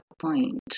point